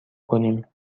کنیم